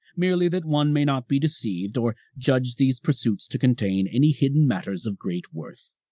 merely that one may not be deceived or judge these pursuits to contain any hidden matters of great worth.